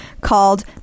called